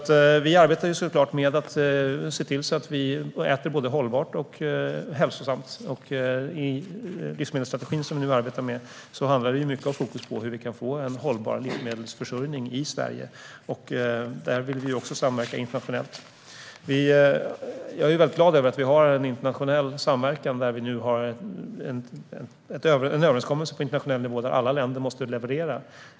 Vi arbetar med att se till att vi äter både hållbart och hälsosamt. I livsmedelsstrategin, som vi nu arbetar med, handlar det mycket om fokus på hur vi kan få en hållbar livsmedelsförsörjning i Sverige. Där vill vi också samverka internationellt. Jag är glad över att vi har en internationell samverkan och en överenskommelse på internationell nivå där alla länder måste leverera.